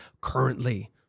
currently